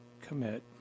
commit